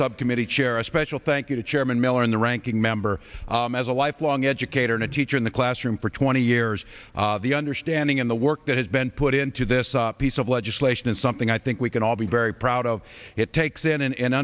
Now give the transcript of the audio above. subcommittee chair a special thank you to chairman miller in the ranking member as a lifelong educator and a teacher in the classroom for twenty years the understanding of the work that has been put into this piece of legislation is something i think we can all be very proud of it takes in and und